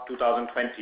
2020